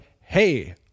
hey